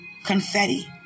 Confetti